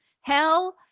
hell